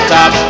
Top